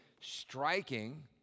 striking